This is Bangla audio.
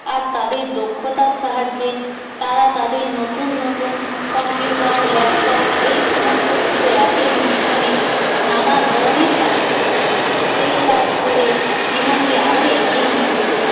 আর তাদের দক্ষতার সাহায্যে তারা তাদের নতুন নতুন কম্পিউটার ল্যাপটপ এই সমস্ত কিছু অ্যাপের মাধ্যমে নানা ধরনের কাজ করছে সেই কাজ করে জীবনকে আরও এগিয়ে নিয়ে যেতে চায়